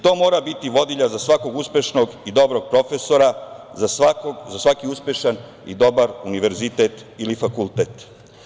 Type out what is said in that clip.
To mora biti vodilja za svakog uspešnog i dobrog profesora, za svaki uspešan i dobar univerzitet ili fakultet.